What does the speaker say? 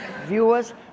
Viewers